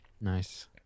Nice